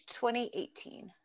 2018